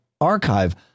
archive